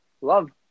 Love